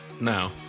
No